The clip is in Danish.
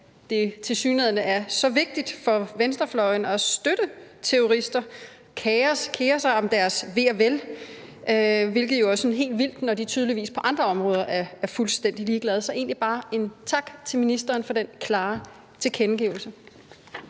er så vigtigt for venstrefløjen at støtte terrorister og kere sig om deres ve og vel, hvilket jo er sådan helt vildt, når de tydeligvis på andre områder er fuldstændig ligeglade. Så det her er egentlig bare en tak til ministeren for den klare tilkendegivelse.